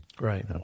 Right